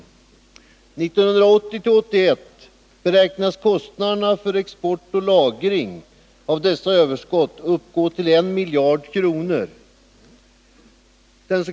1980-1981 beräknas kostnaderna för export och lagring av dessa överskott uppgå till 1 miljard kronor. Den '.